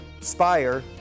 spire